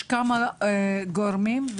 בחברה הערבית יש כמה גורמים להשמנת ילדים.